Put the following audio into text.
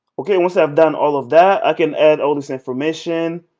okay, once i have done all of that, i can add all this information.